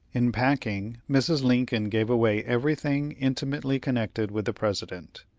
in packing, mrs. lincoln gave away everything intimately connected with the president,